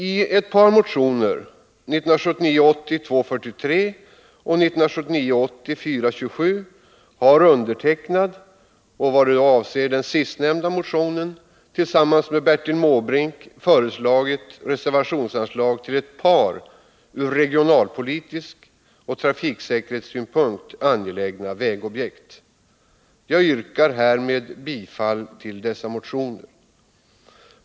I två motioner, 1979/80:243 och 427, har jag — vad avser den sistnämnda motionen tillsammans med Bertil Måbrink — föreslagit reservationsanslag till ett par från regionalpolitisk synpunkt och från trafiksäkerhetssynpunkt angelägna vägobjekt. Jag yrkar härmed bifall till dessa motioner.